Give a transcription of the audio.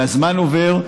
והזמן עובר,